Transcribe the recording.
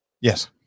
yes